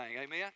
Amen